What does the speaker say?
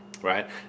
right